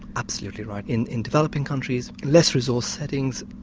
absolutely right. in in developing countries less resource settings,